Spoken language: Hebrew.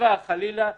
גניבה חלילה וכו'